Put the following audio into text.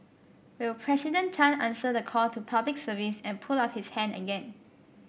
will President Tan answer the call to Public Service and put up his hand again